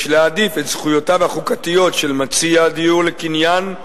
יש להעדיף את זכויותיו החוקתיות של מציע הדיור לקניין,